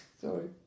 Sorry